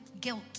guilt